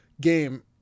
game